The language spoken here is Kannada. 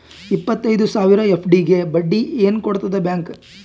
ಇಪ್ಪತ್ತೈದು ಸಾವಿರ ಎಫ್.ಡಿ ಗೆ ಬಡ್ಡಿ ಏನ ಕೊಡತದ ಬ್ಯಾಂಕ್?